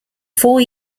four